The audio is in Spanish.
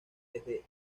desde